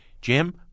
Jim